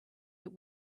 that